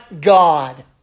God